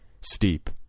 steep